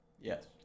Yes